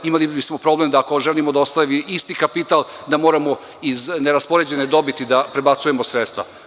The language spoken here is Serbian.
Imali bismo problem da ako želimo da ostvari isti kapital, da moramo iz neraspoređene dobiti da prebacujemo sredstva.